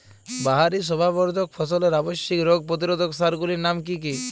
বাহারী শোভাবর্ধক ফসলের আবশ্যিক রোগ প্রতিরোধক সার গুলির নাম কি কি?